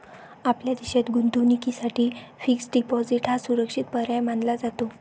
आपल्या देशात गुंतवणुकीसाठी फिक्स्ड डिपॉजिट हा सुरक्षित पर्याय मानला जातो